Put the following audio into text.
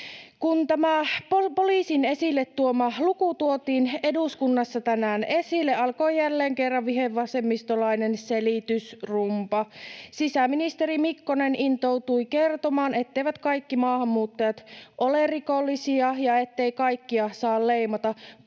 tämä poliisin esille tuoma luku tuotiin eduskunnassa tänään esille, alkoi jälleen kerran vihervasemmistolainen selitysrumba. Sisäministeri Mikkonen intoutui kertomaan, etteivät kaikki maahanmuuttajat ole rikollisia ja ettei kaikkia saa leimata.